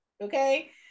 Okay